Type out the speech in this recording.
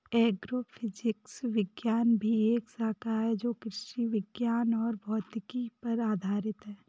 agrophysics विज्ञान की एक शाखा है जो कृषि विज्ञान और भौतिकी पर आधारित है